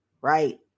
Right